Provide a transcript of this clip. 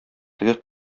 теге